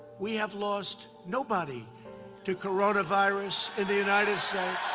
we have lost nobody to coronavirus in the united so